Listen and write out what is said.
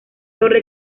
torre